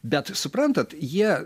bet suprantat jie